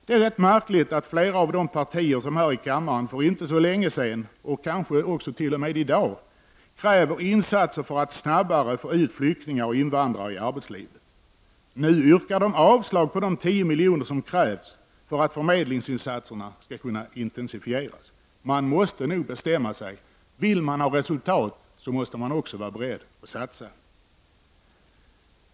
Det är rätt märkligt att flera av de partier som här i kammaren för inte så länge sedan, och kanske också i dag, krävde insatser för att snabbare få flyktingar och invandrare ut i arbetslivet, nu yrkar avslag på de 10 miljoner som krävs för att förmedlingsinsatserna skall kunna intensifieras. Man måste nog bestämma sig. Vill man ha resultat så måste man också vara beredd att satsa.